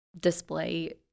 display